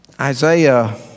Isaiah